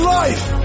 life